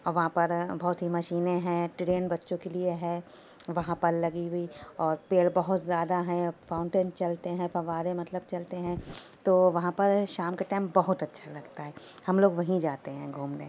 اور وہاں پہ بہت ہی مشینیں ہیں ٹرین بچوں کے لیے ہے وہاں پر لگی ہوئی اور پيڑ بہت زيادہ ہيں فاؤنٹین چلتے ہيں فوارے مطلب چلتے ہیں تو وہاں پر شام کے ٹائم بہت اچھا لگتا ہے ہم لوگ وہیں جاتے ہیں گھومنے